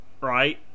Right